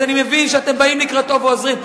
אז אני מבין שאתם באים לקראתו ועוזרים.